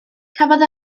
cafodd